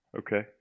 okay